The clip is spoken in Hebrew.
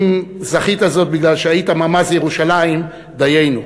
אם זכית בזאת מפני שהיית ממ"ז ירושלים, דיינו.